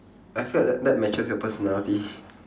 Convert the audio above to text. I felt that that matches your personality